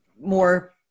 more